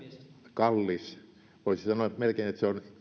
kallis voisi sanoa melkein että se on